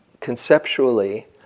conceptually